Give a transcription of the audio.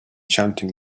chanting